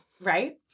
Right